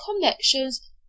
connections